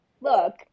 look